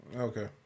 Okay